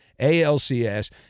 ALCS